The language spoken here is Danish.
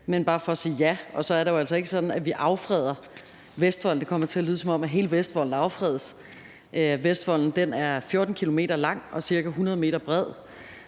er bare for at svare ja til det, og så er det jo altså ikke sådan, at vi affreder Vestvolden. Det kommer til at lyde, som om hele Vestvolden bliver affredet. Vestvolden er 14 km lang og cirka 100 m bred,